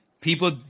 people